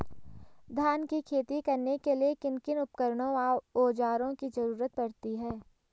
धान की खेती करने के लिए किन किन उपकरणों व औज़ारों की जरूरत पड़ती है?